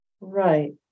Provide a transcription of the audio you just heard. Right